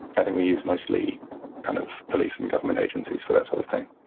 i think we use mostly kind of police and government agencies for that sort of thing.